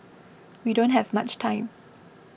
we don't have much time